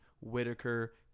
Whitaker